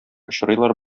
очрыйлар